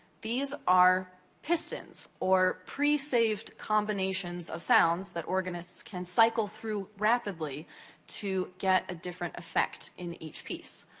these are pistons, or pre-saved combinations of sounds that organists can cycle through rapidly to get a different effect in each piece.